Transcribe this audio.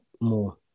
more